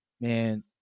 man